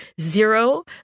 zero